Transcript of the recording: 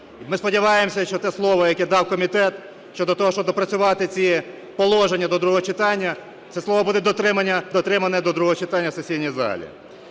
Ми сподіваємося, що те слово, яке дав комітет щодо того, щоб доопрацювати ці положення до другого читання, це слово буде дотримано до другого читання в сесійній залі.